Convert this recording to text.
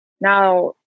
now